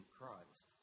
Christ